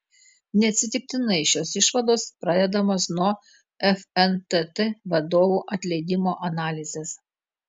neatsitiktinai šios išvados pradedamos nuo fntt vadovų atleidimo analizės